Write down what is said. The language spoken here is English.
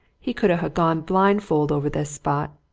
he could ha' gone blind-fold over this spot.